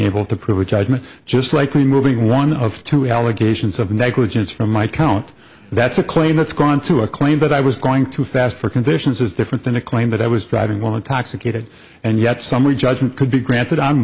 able to prejudge me just like removing one of two allegations of negligence from my count that's a claim that's gone to a claim that i was going too fast for conditions is different than a claim that i was driving while intoxicated and yet summary judgment could be granted